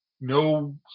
no